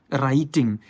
writing